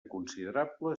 considerable